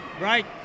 right